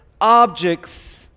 objects